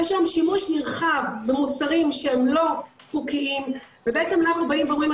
יש שם שימוש נרחב במוצרים שהם לא חוקיים ובעצם אנחנו באים ואומרים,